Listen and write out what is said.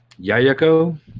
Yayako